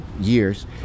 years